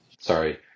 sorry